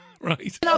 right